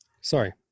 Sorry